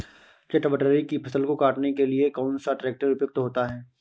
चटवटरी की फसल को काटने के लिए कौन सा ट्रैक्टर उपयुक्त होता है?